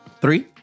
three